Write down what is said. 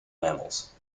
mammals